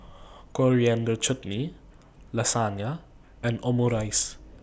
Coriander Chutney Lasagne and Omurice